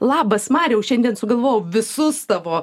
labas marijau šiandien sugalvojau visus tavo